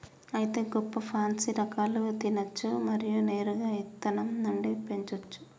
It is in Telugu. అయితే గొన్ని పాన్సీ రకాలు తినచ్చు మరియు నేరుగా ఇత్తనం నుండి పెంచోచ్చు